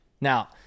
Now